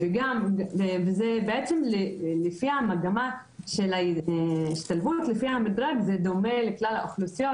זה בעצם לפי מגמת ההשתלבות לפי המדרג זה דומה לכלל האוכלוסיות,